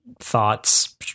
thoughts